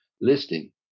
listing